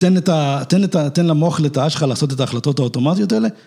‫תן למוח לטאה שלך ‫לעשות את ההחלטות האוטומטיות האלה.